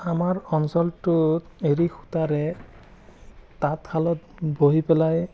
আমাৰ অঞ্চলটোত এৰী সূতাৰে তাঁতশালত বহি পেলাই